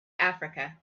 africa